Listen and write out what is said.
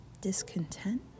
discontent